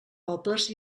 pobles